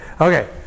Okay